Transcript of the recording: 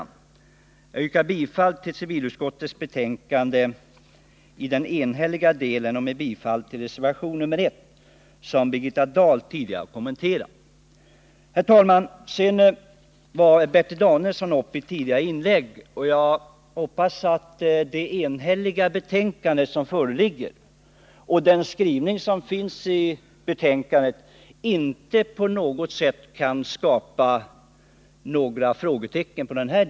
Jag yrkar bifall till utskottets förslag i fråga om den enhälliga delen av civilutskottets betänkande och i övrigt bifall till reservationen, som tidigare har kommenterats av Birgitta Dahl. Herr talman! Jag hoppas att Bertil Danielssons inlägg inte har skapat några frågetecken vad gäller innehållet i den del av betänkandet om vilket enighet råder.